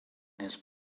his